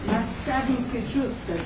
mes stebim skaičius kad